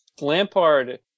Lampard